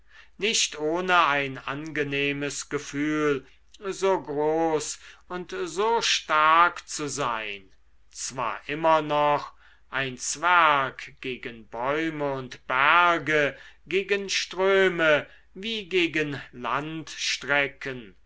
nicht ohne ein angenehmes gefühl so groß und so stark zu sein zwar immer noch ein zwerg gegen bäume und berge gegen ströme wie gegen